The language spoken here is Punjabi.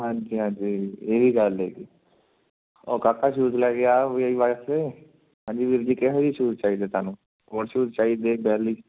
ਹਾਂਜੀ ਹਾਂਜੀ ਇਹ ਵੀ ਗੱਲ ਹੈਗੀ ਉਹ ਕਾਕਾ ਸ਼ੂਜ਼ ਲੈ ਕੇ ਆ ਵੀਰ ਜੀ ਵਾਸਤੇ ਹਾਂਜੀ ਵੀਰ ਜੀ ਕਿਹੜੇ ਸ਼ੂਜ਼ ਚਾਹੀਦੇ ਤੁਹਾਨੂੰ ਸਪੋਰਟ ਸ਼ੂਜ਼ ਚਾਹੀਦੇ ਬੈਲੀ